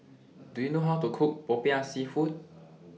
Do YOU know How to Cook Popiah Seafood